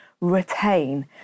retain